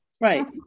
Right